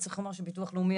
וצריך לומר שביטוח לאומי,